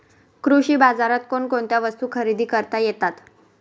कृषी बाजारात कोणकोणत्या वस्तू खरेदी करता येतात